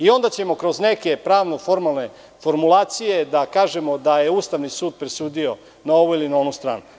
Onda ćemo kriz neke pravno formalne formulacije da kažemo da je Ustavni sud presudio na ovu ili na onu stranu.